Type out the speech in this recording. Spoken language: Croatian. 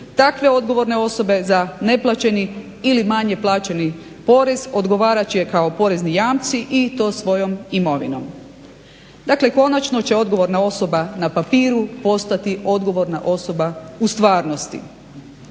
Takve odgovorne osobe za neplaćeni ili manje plaćeni porez odgovarat će kao porezni jamci i to svojom imovinom. Dakle konačno će odgovorna osoba na papiru postati odgovorna osoba u stvarnosti.